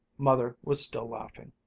mother was still laughing.